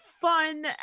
fun